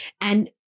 And-